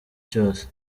cyose